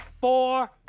four